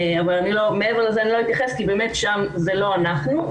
אבל מעבר לזה אני לא אתייחס כי באמת שם זה לא אנחנו.